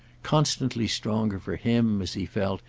constantly stronger for him, as he felt,